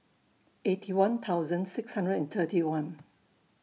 Eighty One thousand six hundred and thirty one